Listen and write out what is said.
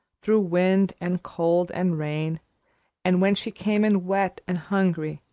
through wind and cold and rain and, when she came in wet and hungry,